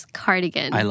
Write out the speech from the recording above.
cardigan